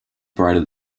brighter